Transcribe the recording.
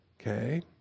Okay